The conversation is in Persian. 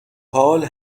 حال